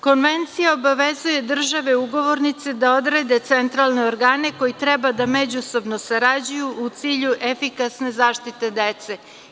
Konvencija obavezuje države ugovornice da odrede centralne organe koji treba da međusobno sarađuju u cilju efikasne zaštite dece.